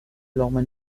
لقمه